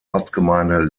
ortsgemeinde